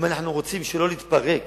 אם אנחנו רוצים שלא להתפרק